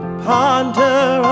ponder